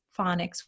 phonics